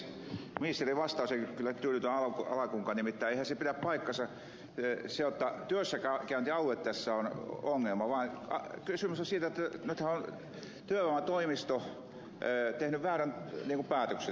ministerin vastaus ei kyllä tyydytä alkuunkaan nimittäin eihän pidä paikkaansa se jotta työssäkäyntialue tässä on ongelma vaan kysymys on siitä jotta nythän työvoimatoimisto on tehnyt siinä väärän päätöksen